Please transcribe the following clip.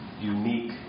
unique